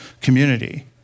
community